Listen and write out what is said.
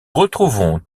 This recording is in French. retrouvons